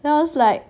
then I was like